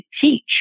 teach